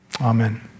Amen